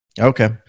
Okay